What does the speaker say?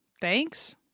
thanks